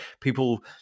people